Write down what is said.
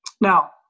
now